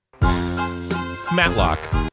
Matlock